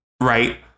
right